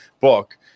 book